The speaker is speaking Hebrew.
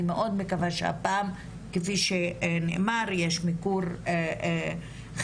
אני מאוד מקווה שהפעם כפי שנאמר יש מיקור חיצוני,